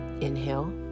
Inhale